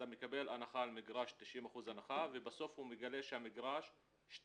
אתה מקבל 90% הנחה על מגרש,